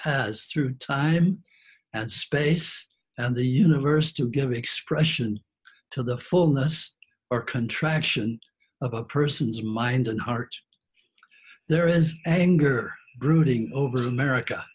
silence through time and space and the universe to give expression to the fullness or contraction of a person's mind and heart there is anger brooding over america